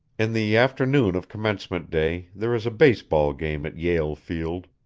in the afternoon of commencement day there is a base-ball game at yale field.